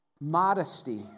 modesty